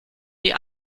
die